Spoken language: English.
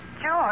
George